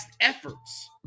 efforts